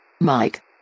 Mike